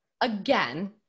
again